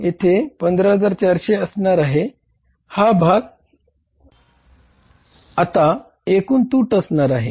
तर15400 हा भाग आता एकूण तूट असणार आहे